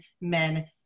men